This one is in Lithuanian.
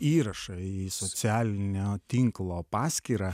įrašą į socialinio tinklo paskyrą